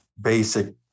basic